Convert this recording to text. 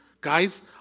Guys